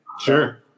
Sure